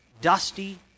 Dusty